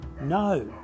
No